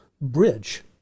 bridge